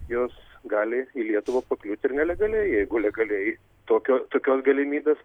jos gali į lietuvą pakliūti ir nelegaliai jeigu legaliai tokio tokios galimybės